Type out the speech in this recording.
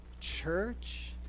church